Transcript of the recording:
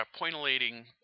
pointillating